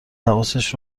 حواسش